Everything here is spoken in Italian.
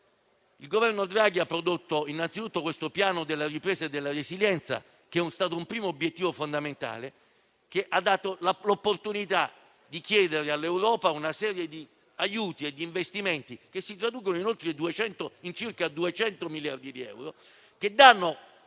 Il Governo Draghi ha prodotto anzitutto il Piano di ripresa e resilienza, un primo obiettivo fondamentale che ha dato la possibilità di chiedere all'Europa una serie di aiuti agli investimenti che si traducono in circa 200 miliardi di euro, che danno